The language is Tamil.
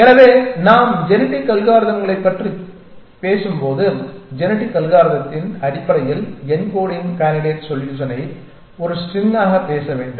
எனவே நாம் ஜெனடிக் அல்காரிதம்களைப் பற்றி பேசும்போது ஜெனடிக் அல்காரிதத்தின் அடிப்படையில் யென்கோடிங் கேண்டிடேட் சொல்யூஷனை ஒரு ஸ்ட்ரிங்காகப் பேச வேண்டும்